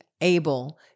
able